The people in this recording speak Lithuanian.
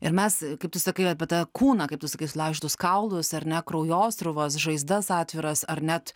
ir mes kaip tu sakai apie tą kūną kaip tu sakai sulaužytus kaulus ar ne kraujosruvos žaizdas atviras ar net